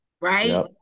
right